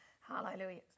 Hallelujah